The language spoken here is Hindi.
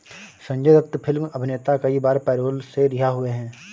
संजय दत्त फिल्म अभिनेता कई बार पैरोल से रिहा हुए हैं